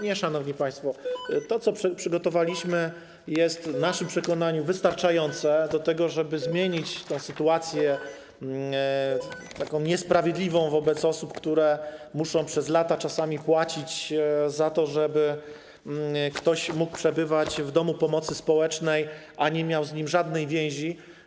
Nie, szanowni państwo, to, co przygotowaliśmy, jest w naszym przekonaniu wystarczające do tego, żeby zmienić niesprawiedliwą sytuację osób, które czasami przez lata muszą płacić za to, żeby ktoś mógł przebywać w domu pomocy społecznej, a nie miały z nim żadnej więzi.